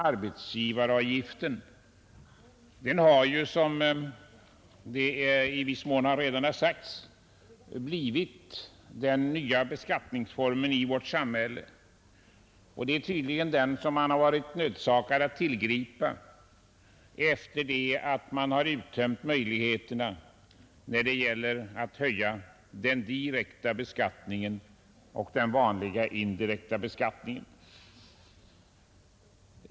Arbetsgivaravgiften har, som redan har sagts, blivit den nya beskattningsformen i vårt samhälle, vilken man tydligen varit nödsakad att tillgripa efter det att man har uttömt möjligheterna att höja den direkta beskattningen och den vanliga indirekta beskattningen.